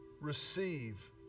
receive